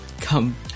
come